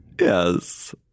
Yes